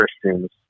Christians